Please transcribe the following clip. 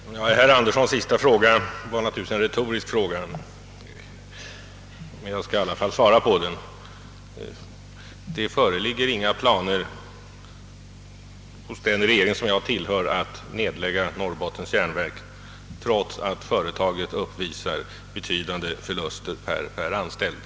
Herr talman! Herr Anderssons i Luleå senaste fråga var naturligtvis en retorisk fråga, men jag skall i alla fall svara på den. Det föreligger inga planer hos den regering jag tillhör att nedlägga Norrbottens järnverk, trots att företaget uppvisar betydande förluster per anställd.